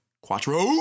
Quattro